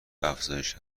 افزایش